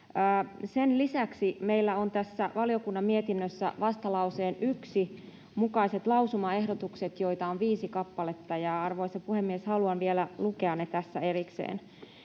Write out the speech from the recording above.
Sen lisäksi meillä on tässä valiokunnan mietinnössä vastalauseen 1 mukaiset lausumaehdotukset, joita on viisi kappaletta. Arvoisa puhemies, haluan vielä lukea ne tässä erikseen.